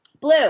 Blue